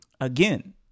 again